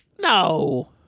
No